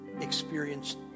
experienced